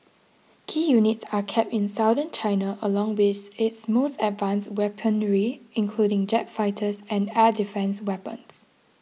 key units are kept in Southern China along with its most advanced weaponry including jet fighters and air defence weapons